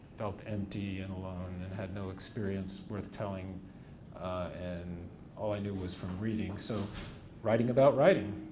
felt empty and alone and had no experience worth telling and all i knew was from reading, so writing about writing.